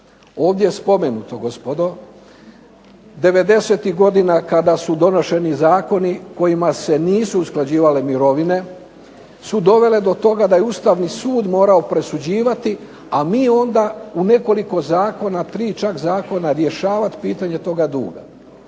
Ovdje je spomenuto, gospodo, '90-ih godina kada su donošeni zakoni kojima se nisu usklađivale mirovine su dovele do toga da je Ustavni sud morao presuđivati, a mi onda u nekoliko zakona, 3 čak zakona, rješavati pitanje toga duga.